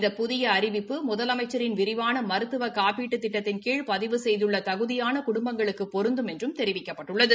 இந்த புதிய அறிவிப்பு முதலமைச்சின் விரிவான மருத்துவ காப்பீட்டுத் திட்டத்தின் கீழ் பதிவு செய்துள்ள தகுதியான குடும்பங்களுக்கு பொருந்தும் என்றும் தெரிவிக்கப்பட்டுள்ளது